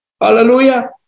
Hallelujah